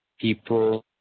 people